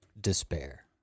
despair